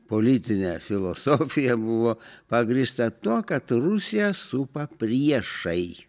politinė filosofija buvo pagrįsta tuo kad rusiją supa priešai